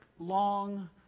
long